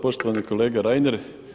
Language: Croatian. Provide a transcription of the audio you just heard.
Poštovani kolega Reiner.